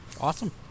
Awesome